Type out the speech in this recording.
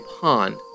pond